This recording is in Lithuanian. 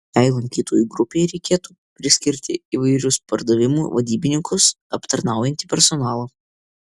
šiai lankytojų grupei reikėtų priskirti įvairius pardavimų vadybininkus aptarnaujantį personalą